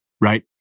right